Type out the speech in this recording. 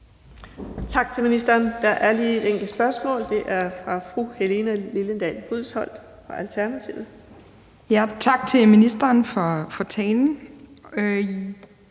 Tak til ministeren. Der er lige et enkelt spørgsmål, og det er fra fru Helene Liliendahl Brydensholt fra Alternativet. Kl. 17:42 Helene